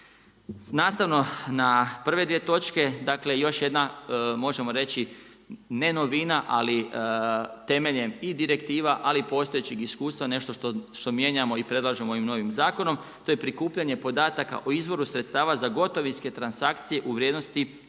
Nastavno na prve dvije točke, još jedna ne novina, ali temeljem i direktiva, ali postojećeg iskustva, nešto što mijenjamo i predlažemo ovim novim zakonom, to je prikupljanje podataka o izvoru sredstava za gotovinske transakcije u vrijednosti